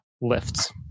lifts